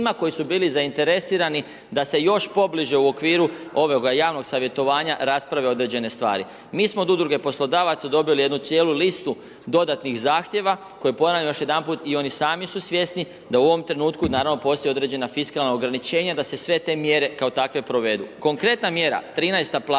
koji su bili zainteresirani da se još pobliže u okviru ovoga javnoga savjetovanja rasprave određene stvari. Mi smo od udruge poslodavaca dobili jednu cijelu listu dodatnih zahtjeva, koje ponavljam još jedanput, oni su i sami svjesni, da u ovim trenutku naravno postoji određena fiskalna ograničenja, da se sve te mjere kao takve provjeru. Konkretna mjera 13 plaća